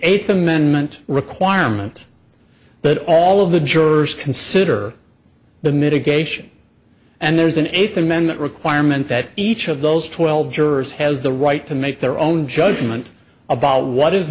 eighth amendment requirement that all of the jurors consider the mitigation and there's an eighth amendment requirement that each of those twelve jurors has the right to make their own judgment about what is